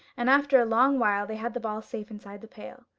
and after a long while they had the ball safe inside the pail.